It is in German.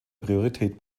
priorität